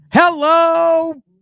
Hello